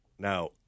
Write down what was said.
Now